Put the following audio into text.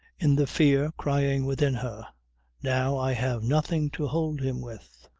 in the fear crying within her now i have nothing to hold him with.